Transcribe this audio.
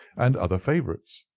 and other favourites.